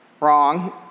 Wrong